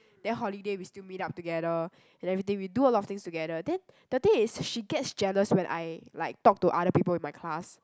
then holiday we still meet up together and everything we do a lot of things together then the thing is she gets jealous when I like talk to other people in my class